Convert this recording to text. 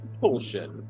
bullshit